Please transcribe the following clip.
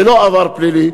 ללא עבר פלילי,